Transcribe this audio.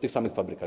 tych samych fabrykach.